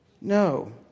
No